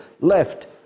left